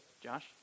Josh